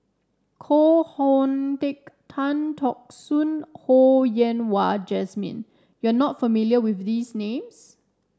Koh Hoon Teck Tan Teck Soon Ho Yen Wah Jesmine you are not familiar with these names